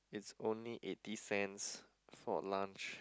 it's only eighty cents for lunch